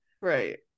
Right